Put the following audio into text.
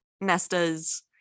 nesta's